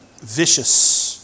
Vicious